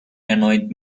annoyed